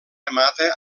remata